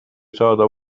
saada